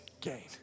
gain